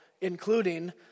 including